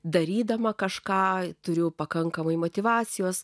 darydama kažką turiu pakankamai motyvacijos